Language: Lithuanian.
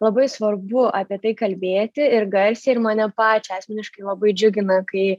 labai svarbu apie tai kalbėti ir garsiai ir mane pačią asmeniškai labai džiugina kai